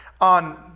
On